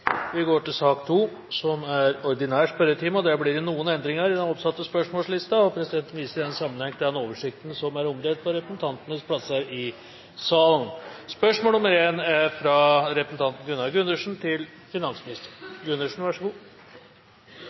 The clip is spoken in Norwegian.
blir noen endringer i den oppsatte spørsmålslisten. Presidenten viser i den sammenheng til den oversikten som er omdelt på representantenes plasser i salen. De foreslåtte endringene foreslås godkjent. – Det anses vedtatt. Endringene var som følger: Spørsmål 7, fra representanten Lars Myraune til